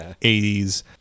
80s